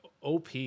OP